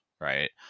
right